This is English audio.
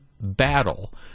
battle